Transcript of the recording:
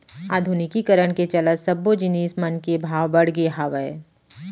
आधुनिकीकरन के चलत सब्बो जिनिस मन के भाव बड़गे हावय